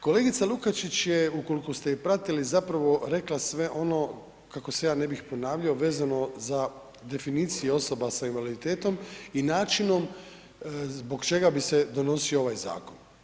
Kolegica Lukačić je ukoliko ste je pratili zapravo rekla sve ono kako se ja ne bih ponavljao vezano za definiciju osoba sa invaliditetom i načinom zbog čega bi se donosio ovaj zakon.